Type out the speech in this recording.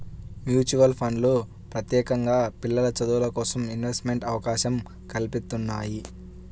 mutual ఫండ్లు ప్రత్యేకంగా పిల్లల చదువులకోసం ఇన్వెస్ట్మెంట్ అవకాశం కల్పిత్తున్నయ్యి